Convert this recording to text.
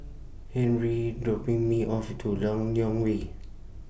Henri dropping Me off At Lok Yang Way